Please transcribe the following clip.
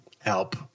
help